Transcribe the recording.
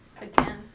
Again